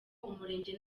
umurenge